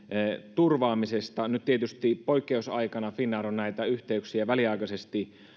turvaamisesta nyt tietysti poikkeusaikana finnair on näitä yhteyksiä väliaikaisesti